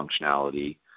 functionality